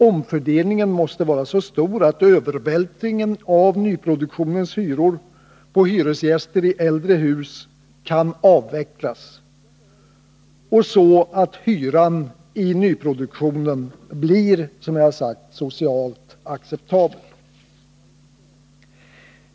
Omfördelningen måste vara så stor att övervältringen av nyproduktionens hyror på hyresgäster i äldre hus kan avvecklas och att hyran i nyproduktionen blir — som jag nyss sade — socialt acceptabel.